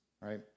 right